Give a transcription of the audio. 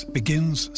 begins